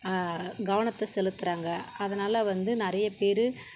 கவனத்தை செலுத்துகிறாங்க அதனால் வந்து நிறைய பேர்